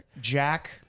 Jack